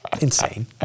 Insane